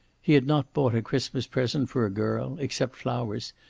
he had not bought a christmas present for a girl, except flowers,